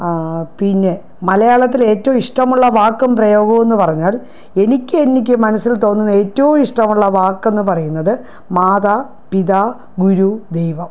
പിന്നെ മലയാളത്തിൽ ഏറ്റവും ഇഷ്ടമുള്ള വാക്കും പ്രയോഗവും എന്ന് പറഞ്ഞാൽ എനിക്ക് എനിക്ക് മനസ്സിൽ തോന്നുന്ന ഏറ്റവും ഇഷ്ടമുള്ള വാക്ക് എന്ന് പറയുന്നത് മാതാ പിതാ ഗുരു ദൈവം